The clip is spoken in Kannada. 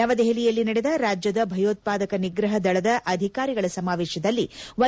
ನವದೆಪಲಿಯಲ್ಲಿ ನಡೆದ ರಾಜ್ಯದ ಭಯೋತ್ಪಾದಕ ನಿಗ್ರಹ ದಳದ ಅಧಿಕಾರಿಗಳ ಸಮಾವೇಶದಲ್ಲಿ ವೈ